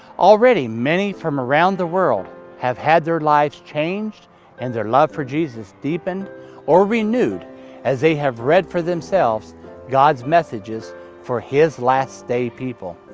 already many from around the world have had their lives changed and their love for jesus deepened or renewed as they have read for themselves god's messages for his last-day people.